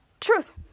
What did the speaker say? Truth